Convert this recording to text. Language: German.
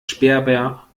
sperber